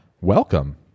welcome